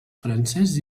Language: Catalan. francès